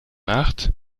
nacht